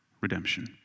redemption